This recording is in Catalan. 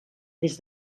des